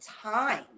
time